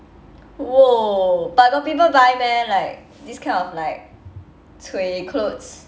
!whoa! but got people buy meh like this kind of like chui clothes